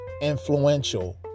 influential